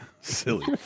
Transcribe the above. Silly